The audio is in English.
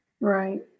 Right